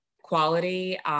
quality